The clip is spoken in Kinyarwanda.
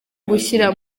gushyira